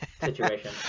situation